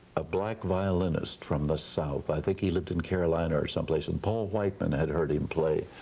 a black violinist from the south, i think he lived in carolina or someplace. and paul whiteman had heard him play,